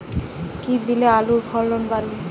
কী দিলে আলুর ফলন বাড়বে?